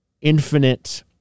infinite